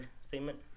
statement